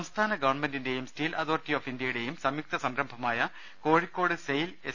സംസ്ഥാന ഗവൺമെന്റിന്റെയും steel authority of ഇന്ത്യയു ടെയും സംയുക്ത സംരംഭമായ കോഴിക്കോട് സെയിൽ എസ്